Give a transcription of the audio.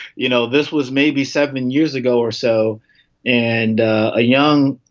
you know, this was maybe seven years ago or so and a young,